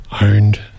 owned